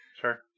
Sure